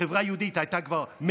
הגדול ועמד להחריב את